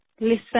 listen